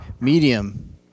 Medium